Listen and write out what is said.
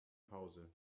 pause